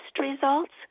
results